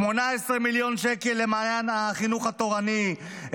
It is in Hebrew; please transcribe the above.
18 מיליון שקל למעיין החינוך התורני,